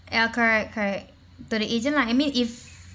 ya correct correct to the agent lah I mean if